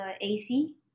AC